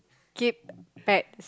keep pets